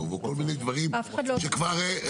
או כל מיני דברים שכבר --- אף אחד לא אומר.